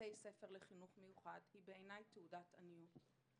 בתי ספר לחינוך מיוחד היא בעיניי תעודת עניות.